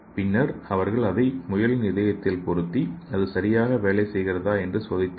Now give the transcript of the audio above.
பின்னர் அவர்கள் அதை முயலின் இதயத்தில் பொருத்தி அது சரியாக வேலை செய்கிறதா என்று சோதித்தனர்